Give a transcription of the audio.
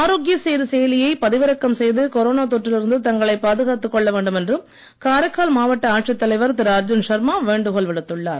ஆரோக்கிய சேது செயலியை பதிவிறக்கம் செய்து கொரோனா தொற்றில் இருந்து தங்களை பாதுகாத்துக் கொள்ள வேண்டும் என்று காரைக்கால் மாவட்ட ஆட்சி தலைவர் திரு அர்ஜுன் சர்மா வேண்டுகோள் விடுத்துள்ளார்